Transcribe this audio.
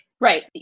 Right